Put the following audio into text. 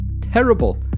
terrible